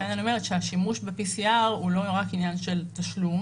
לכן אני אומרת שהשימוש ב-PCR הוא לא רק עניין של תשלום,